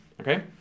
Okay